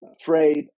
afraid